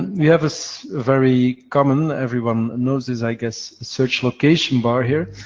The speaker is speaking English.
we have a very common everyone knows this, i guess search location bar here,